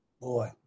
boy